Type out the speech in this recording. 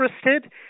interested